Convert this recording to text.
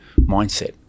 mindset